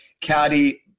Caddy